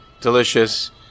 delicious